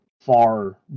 far